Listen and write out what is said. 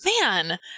man